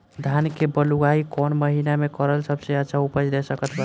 धान के बुआई कौन महीना मे करल सबसे अच्छा उपज दे सकत बा?